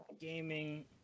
gaming